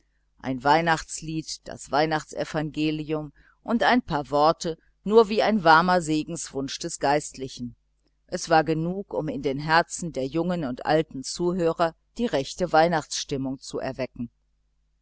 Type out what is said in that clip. ein weihnachtslied das weihnachtsevangelium und ein paar worte nur wie ein warmer segenswunsch des geistlichen es war genug um in den herzen der jungen und alten zuhörer die rechte weihnachtsstimmung zu wecken